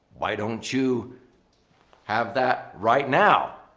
why don't you have that right now?